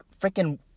freaking